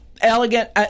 Elegant –